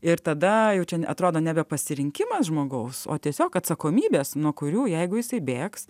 ir tada jau čia atrodo nebe pasirinkimas žmogaus o tiesiog atsakomybės nuo kurių jeigu jisai bėgs